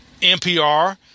NPR